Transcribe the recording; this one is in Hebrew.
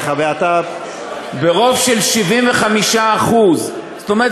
ברוב של 75% זאת אומרת,